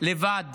לבד